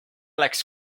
läks